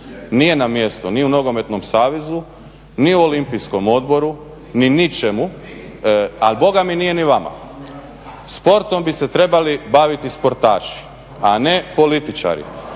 nije nam mjesto ni u Nogometnom savezu, ni u Olimpijskom odboru ni ničemu ali Boga mi nije ni vama. Sportom bi se trebali baviti sportaši a ne političari.